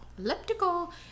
elliptical